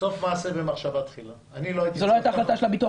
סוף מעשה במחשבה תחילה -- זו לא הייתה החלטה של הביטוח הלאומי.